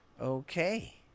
Okay